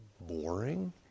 boring